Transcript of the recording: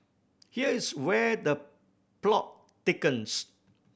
here is where the plot thickens